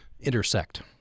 intersect